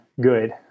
good